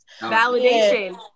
Validation